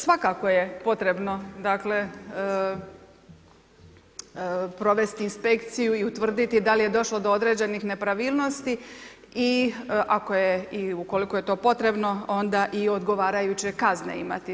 Svakako je potrebno dakle provesti inspekciju i utvrditi da li je došlo do određenih nepravilnosti i ako je i ukoliko je to potrebno onda i odgovarajuće kazne imati.